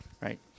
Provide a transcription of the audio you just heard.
right